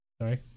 Sorry